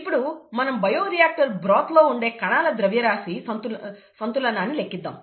ఇప్పుడు మనం bioreactor broth లో ఉండే కణాల ద్రవ్యరాశి సంతులనాన్ని లెక్కిద్దాం